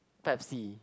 pepsi